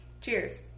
Cheers